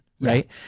right